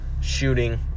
shooting